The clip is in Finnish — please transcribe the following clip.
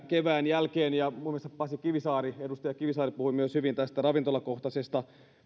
kevään jälkeen muun muassa edustaja kivisaari puhui myös hyvin tästä ravintolakohtaisesta